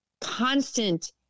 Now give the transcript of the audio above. constant